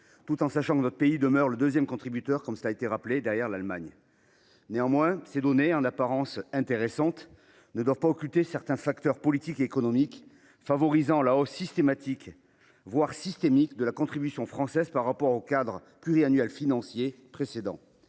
notre pays demeurant d’ailleurs le deuxième contributeur derrière l’Allemagne. Néanmoins, ces données, en apparence intéressantes, ne doivent pas occulter certains facteurs politiques et économiques favorisant la hausse systématique, voire systémique, de la contribution française par rapport au cadre financier pluriannuel précédent.